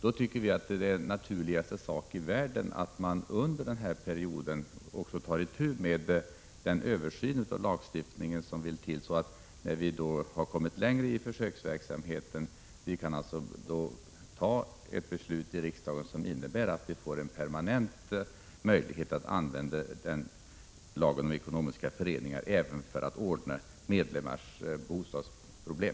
Vi tycker att det därför är den naturligaste sak i världen att man under denna period också tar itu med den översyn av lagstiftningen som måste till för att vi, när vi kommit längre i försöksverksamheten, i riksdagen kan fatta ett beslut innebärande en permanent möjlighet att använda lagen om ekonomiska föreningar även för att ordna medlemmars bostadsproblem.